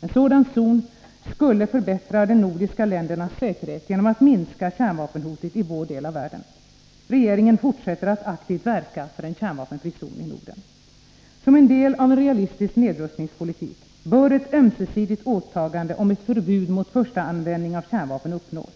En sådan zon skulle förbättra de nordiska ländernas säkerhet genom att minska kärnvapenhotet i vår del av världen. Regeringen fortsätter att aktivt verka för en kärnvapenfri zon i Norden. Som en del av en realistisk nedrustningspolitik bör ett ömsesidigt åtagande om ett förbud mot första användning av kärnvapen uppnås.